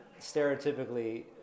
stereotypically